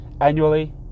annually